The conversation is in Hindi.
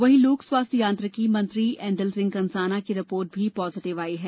वहीं लोक स्वास्थ्य यांत्रिकीय मंत्री ऐदल सिंह कंषाना की रिपोर्ट भी पाजिटिव आई है